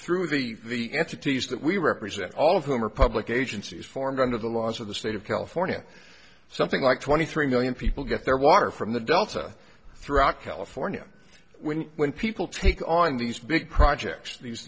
through the the entities that we represent all of whom are public agencies formed under the laws of the state of california something like twenty three million people get their water from the delta throughout california when when people take on these big projects these